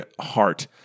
heart